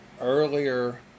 Earlier